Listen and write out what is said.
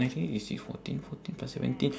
nineteen eighty six fourteen fourteen plus seventeen